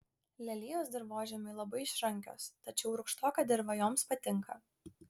lelijos dirvožemiui labai išrankios tačiau rūgštoka dirva joms patinka